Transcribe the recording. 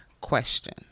question